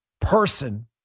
person